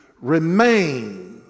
remain